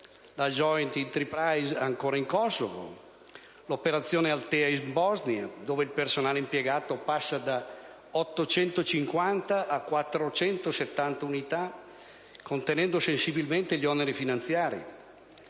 Joint Enterprise, ancora in Kosovo; l'operazione Althea in Bosnia, dove il personale impiegato passa da 850 a 470 unità, contenendo sensibilmente gli oneri finanziari.